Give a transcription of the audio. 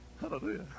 Hallelujah